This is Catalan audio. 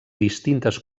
distintes